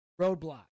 Roadblock